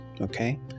okay